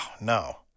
no